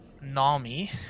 Nami